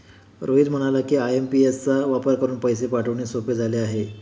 रोहित म्हणाला की, आय.एम.पी.एस चा वापर करून पैसे पाठवणे सोपे झाले आहे